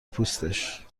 پوستش